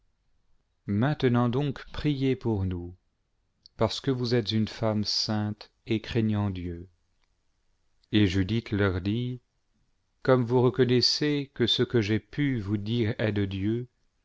maintenant donc priez pour nous parce que vous êtes une femme sainte et craignant dieu et judith leur dit comme vous reconnaissez que ce que j'ai pu vous dire est de dieu